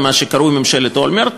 במה שקרוי ממשלת אולמרט,